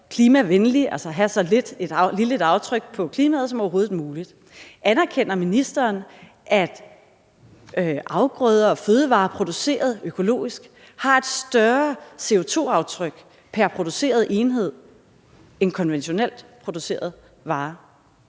klimavenlig, altså have så lille et aftryk på klimaet som overhovedet muligt. Anerkender ministeren, at afgrøder og fødevarer produceret økologisk har et større CO2-aftryk pr. produceret enhed end konventionelt producerede varer?